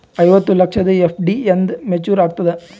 ಐವತ್ತು ಲಕ್ಷದ ಎಫ್.ಡಿ ಎಂದ ಮೇಚುರ್ ಆಗತದ?